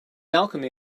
alchemy